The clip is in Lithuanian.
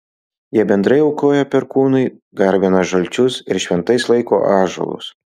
jie bendrai aukoja perkūnui garbina žalčius ir šventais laiko ąžuolus